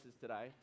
today